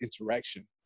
interaction